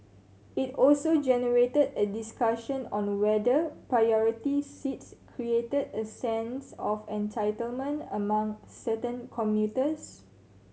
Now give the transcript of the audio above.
it also generated a discussion on whether priority seats created a sense of entitlement among certain commuters